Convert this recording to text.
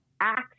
act